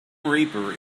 reaper